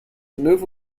move